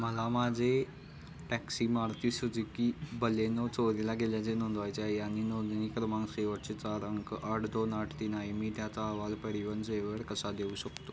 मला माझी taxi Maruti Suzuki Baleno चोरीला गेल्याचे नोंदवायचे आहे आणि नोंदणी क्रमांक शेवटचे चार अंक आठ दोन आठ तीन आहे मी त्याचा अहवाल परिवहन सेवेवर कसा देऊ शकतो